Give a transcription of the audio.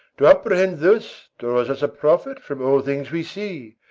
to apprehend thus draws us a profit from all things we see,